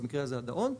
במקרה הזה הדאון,